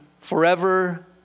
forever